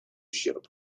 ущерб